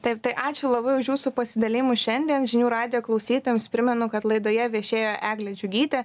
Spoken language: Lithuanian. taip tai ačiū labai už jūsų pasidalijimus šiandien žinių radijo klausytojams primenu kad laidoje viešėjo eglė džiugytė